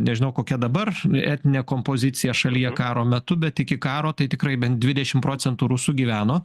nežinau kokia dabar etninė kompozicija šalyje karo metu bet iki karo tai tikrai bent dvidešimt procentų rusų gyveno